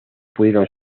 pudieron